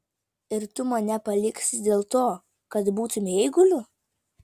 ir tu mane paliksi dėl to kad būtumei eiguliu